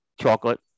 chocolate